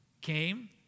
came